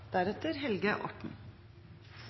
representanten Helge Orten